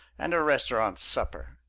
and a restaurant supper.